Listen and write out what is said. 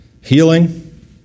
Healing